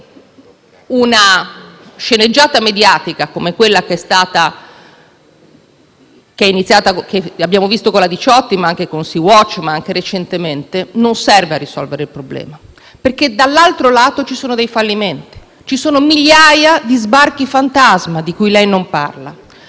che una sceneggiata mediatica come quella che abbiamo visto con la Diciotti, ma anche con la Sea Watch e poi più recentemente, non serve a risolvere il problema, perché dall'altro lato ci sono dei fallimenti; ci sono migliaia di sbarchi fantasma, di cui lei non parla;